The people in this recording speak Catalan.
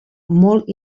molt